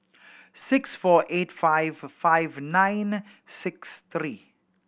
six four eight five five nine six three